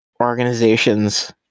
organizations